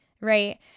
right